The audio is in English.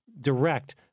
Direct